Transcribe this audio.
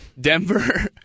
Denver